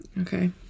Okay